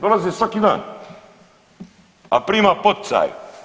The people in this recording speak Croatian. Dolazi svaki dan, a prima poticaj.